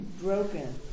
Broken